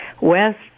west